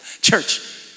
church